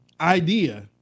idea